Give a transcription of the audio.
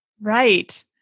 Right